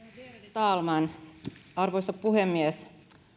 talman arvoisa puhemies